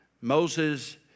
Moses